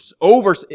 over